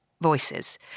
voices